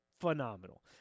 phenomenal